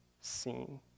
seen